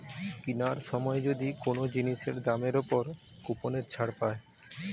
কিনার সময় যদি কোন জিনিসের দামের উপর কুপনের ছাড় পায়